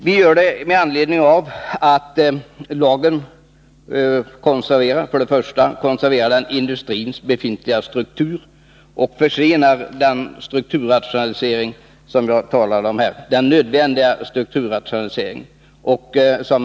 Vi gör det med anledning av att lagen konserverar industrins befintliga struktur och försenar den strukturomvandling som vi talar om här, vilket försämrar vår internationella konkurrenskraft.